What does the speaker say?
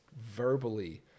verbally